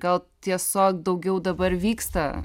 gal tiesiog daugiau dabar vyksta